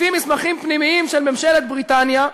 לפי מסמכים פנימיים של ממשלת בריטניה,